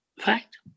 fact